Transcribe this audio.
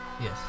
Yes